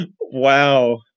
Wow